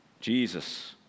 Jesus